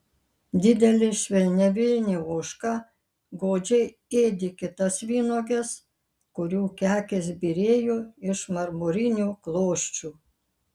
didelė švelniavilnė ožka godžiai ėdė kitas vynuoges kurių kekės byrėjo iš marmurinių klosčių